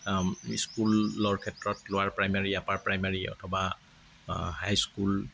স্কুলৰ ক্ষেত্ৰত lower primary upper primary অথবা হাইস্কুল